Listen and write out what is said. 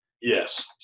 Yes